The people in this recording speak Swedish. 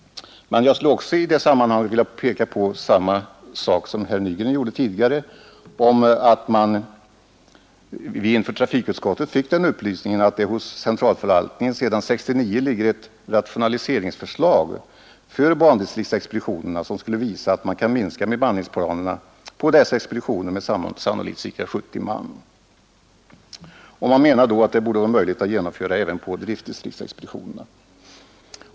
I detta sammanhang skulle jag också vilja peka på samma sak som tidigare herr Nygren, nämligen att vid uppvaktningar inför trafikutskottet den upplysningen lämnats att det hos SJs centralförvaltning sedan 1969 ligger ett rationaliseringsförslag för bandistriksexpeditionerna, som skulle visa att man kan minska bemanningen på dessa expeditioner med sannolikt ca 70 man. Man menade att detta borde vara möjligt att genomföra även på driftdistriktsexpeditionerna.